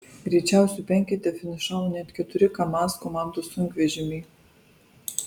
greičiausių penkete finišavo net keturi kamaz komandos sunkvežimiai